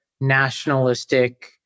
nationalistic